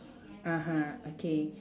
(uh huh) okay